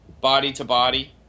body-to-body